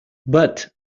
but